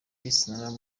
esther